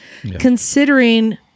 Considering